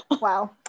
Wow